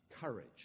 courage